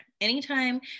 Anytime